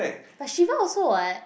Tashiba also [what]